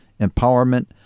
Empowerment